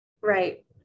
Right